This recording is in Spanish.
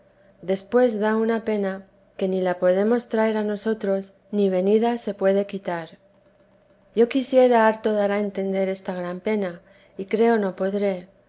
después da una pena que ni la podemos traer a nosotros ni venida se puede quitar yo quisiera harto dar a entender esta gran pena y creo no podré